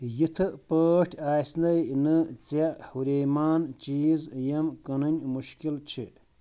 یِتھ پٲٹھۍ آسنے نہٕ ژےٚ ہُریمان چیٖز یِم کٕنٕنۍ مُشکِل چھِ